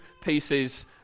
pieces